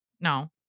No